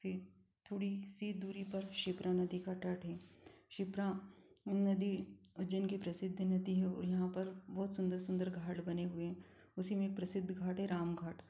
फिर थोड़ी सी दूरी पर क्षिप्रा नदी का तट है क्षिप्रा नदी उज्जैन की प्रसिद्ध नदी है और यहाँ पर बहुत सुंदर सुंदर घाट बने हुए हैं उसीमें एक प्रसिद्ध घाट है राम घाट